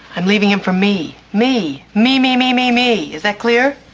i'm leaving him for me. me, me, me, me, me, me is that clear?